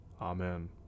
Amen